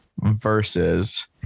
versus